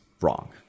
wrong